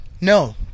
No